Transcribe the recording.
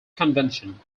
convention